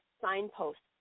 signposts